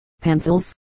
Pencils